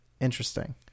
Interesting